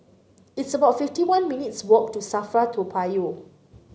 it's about fifty one minutes' walk to Safra Toa Payoh